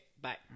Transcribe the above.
bye